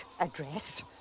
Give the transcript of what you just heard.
address